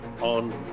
on